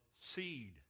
seed